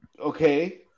okay